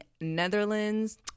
Netherlands